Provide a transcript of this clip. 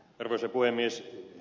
arvoisa puhemies